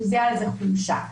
שמזהה איזו חולשה.